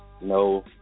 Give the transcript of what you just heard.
no